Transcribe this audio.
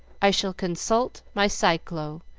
i shall consult my cyclo,